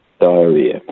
diarrhea